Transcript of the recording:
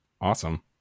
Awesome